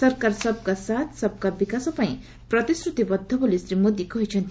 ସରକାର ସବ୍ କା ସାଥ୍ ସବ୍ କା ବିକାଶ ପାଇଁ ପ୍ରତିଶ୍ରତିବଦ୍ଧ ବୋଲି ଶ୍ରୀ ମୋଦି କହିଛନ୍ତି